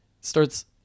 starts